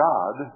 God